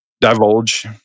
divulge